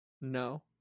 No